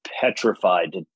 petrified